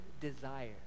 desire